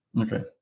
Okay